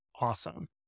awesome